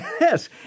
Yes